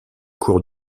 cours